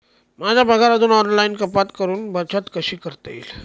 माझ्या पगारातून ऑनलाइन कपात करुन बचत कशी करता येईल?